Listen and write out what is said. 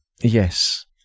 Yes